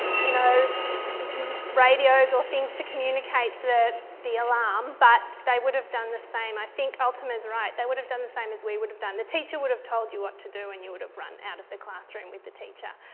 you know radios or things to communicate the the alarm but they would have done the same i think ultima's right, they would have done the same as we would have done, the teacher would have told you what to do and you would have run out of the classroom with the teacher.